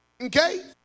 Okay